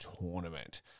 tournament